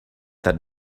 that